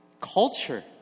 culture